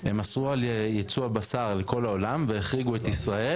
הם אסרו על ייצוא הבשר לכל העולם והחריגו את ישראל